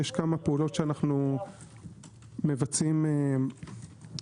יש כמה פעולות שאנו מבצעים במקביל.